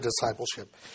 discipleship